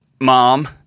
mom